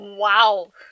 Wow